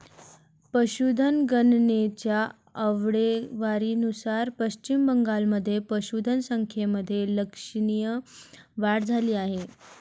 पशुधन गणनेच्या आकडेवारीनुसार पश्चिम बंगालमध्ये पशुधन संख्येमध्ये लक्षणीय वाढ झाली आहे